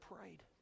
prayed